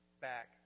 back